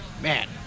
Man